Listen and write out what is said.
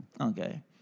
Okay